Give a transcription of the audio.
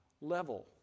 level